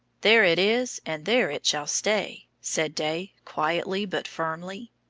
there it is, and there it shall stay! said day, quietly but firmly.